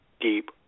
deep